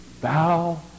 Thou